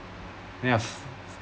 then I've